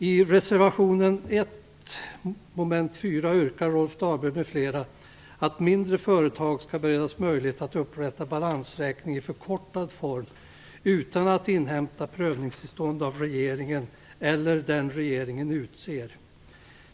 I reservation 1 avseende mom. 4 yrkar Rolf Dahlberg m.fl. att mindre företag skall beredas möjlighet att upprätta balansräkning i förkortad form utan att inhämta prövningstillstånd av regeringen eller den regeringen utser.